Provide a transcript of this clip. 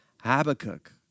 Habakkuk